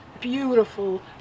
beautiful